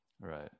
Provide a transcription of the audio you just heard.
Right